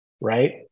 right